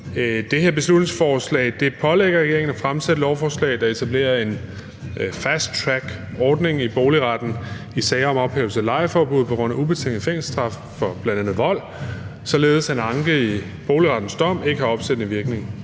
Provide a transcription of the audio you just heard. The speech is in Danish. Det her beslutningsforslag pålægger regeringen at fremsætte et lovforslag, der etablerer en fast track-ordning i boligretten i sager om ophævelse af lejeforbud på grund af ubetinget fængselsstraf for bl.a. vold, således at en anke i boligrettens dom ikke har opsættende virkning.